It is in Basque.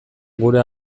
gure